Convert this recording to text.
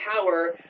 power